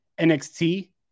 NXT